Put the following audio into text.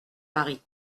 mari